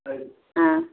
हय आं